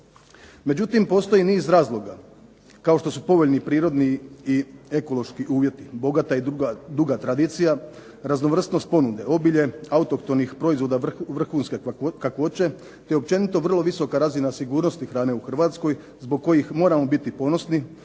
Međutim, postoji niz razloga kao što su povoljni prirodni i ekološki uvjeti, bogata i duga tradicija, raznovrsnost ponude, obilje autohtonih proizvoda vrhunske kakvoće te općenito vrlo visoka razina sigurnosti hrane u Hrvatskoj, zbog kojih moramo biti ponosni